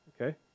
Okay